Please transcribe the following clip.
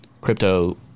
crypto